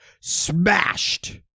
Smashed